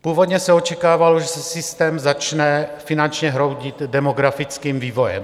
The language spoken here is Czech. Původně se očekávalo, že se systém začne finančně hroutit demografickým vývojem.